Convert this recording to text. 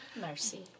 Mercy